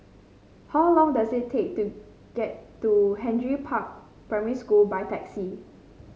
how long does it take to get to Henry Park Primary School by taxi